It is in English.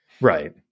Right